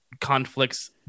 conflicts